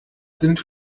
sind